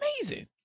amazing